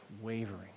wavering